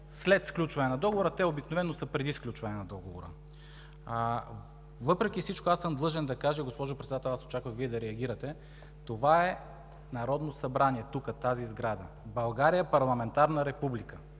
след сключване на договора, те обикновено са преди сключване на договора. Въпреки всичко съм длъжен да кажа – госпожо Председател, аз очаквах Вие да реагирате, това е Народно събрание, тук, тази сграда. България е парламентарна република.